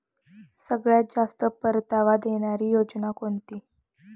सगळ्यात जास्त परतावा देणारी योजना कोणती?